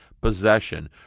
possession